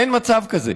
אין מצב כזה.